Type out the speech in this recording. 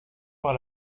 par